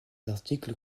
articles